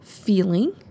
feeling